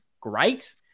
great